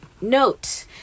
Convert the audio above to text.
note